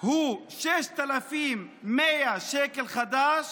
הוא 6,100 שקלים חדשים,